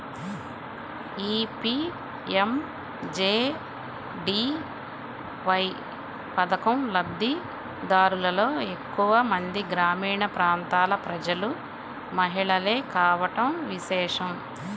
ఈ పీ.ఎం.జే.డీ.వై పథకం లబ్ది దారులలో ఎక్కువ మంది గ్రామీణ ప్రాంతాల ప్రజలు, మహిళలే కావడం విశేషం